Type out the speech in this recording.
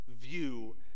view